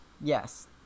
Yes